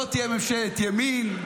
לא תהיה ממשלת ימין.